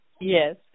Yes